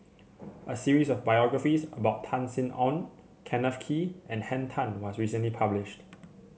a series of biographies about Tan Sin Aun Kenneth Kee and Henn Tan was recently published